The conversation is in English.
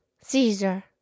Caesar